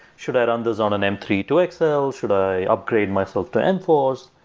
should i run this on an m three to excel? should i upgrade myself to enforce?